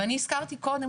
ואני הזכרתי קודם,